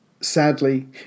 Sadly